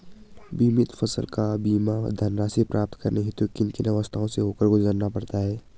बीमित फसल का बीमा धनराशि प्राप्त करने हेतु किन किन अवस्थाओं से होकर गुजरना पड़ता है?